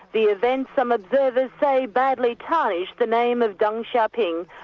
the events some observers say badly tarnished the name of deng xiaoping,